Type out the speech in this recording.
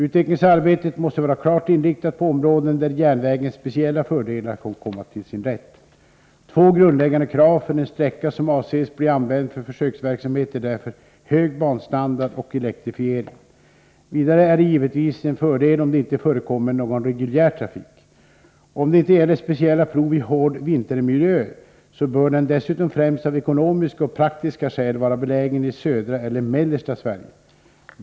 Utvecklingsarbetet måste vara klart inriktat på områden där järnvägens speciella fördelar kan komma till sin rätt. Två grundläggande krav för en sträcka som avses bli använd för försöksverksamhet är därför hög banstandard och elektrifiering. Vidare är det givetvis en fördel om det inte förekommer någon reguljär trafik. Om det inte gäller speciella prov i hård vintermiljö, så bör den dessutom främst av ekonomiska och praktiska skäl vara belägen i södra eller mellersta Sverige.